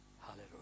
Hallelujah